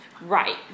Right